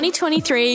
2023